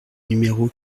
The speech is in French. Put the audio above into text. numéro